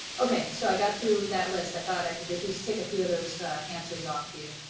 okay, so i got through that list, i thought i could at least tick a few of those answers off for you.